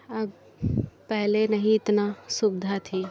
अब पहले नहीं इतना सुविधा थी